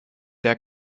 der